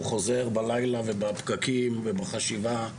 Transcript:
הוא חוזר בלילה ובפקקים ובחשיבה,